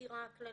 סקירה כללית.